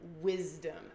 wisdom